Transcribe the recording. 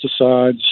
pesticides